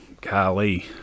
golly